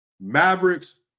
Mavericks